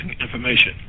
information